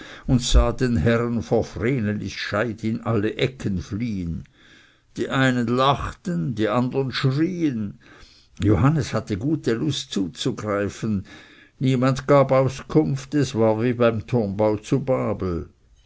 und sah den herren vor vrenelis scheit in alle ecken fliehen die einen lachten die andern schrien johannes hatte gute lust zuzugreifen niemand gab auskunft es war wie beim turmbau zu babel